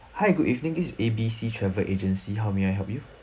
hi good evening this is a b c travel agency how may I help you